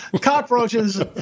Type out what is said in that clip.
Cockroaches